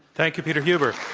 thank you, peter huber.